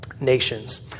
Nations